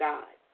God